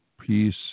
peace